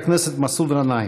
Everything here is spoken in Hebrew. חבר הכנסת מסעוד גנאים.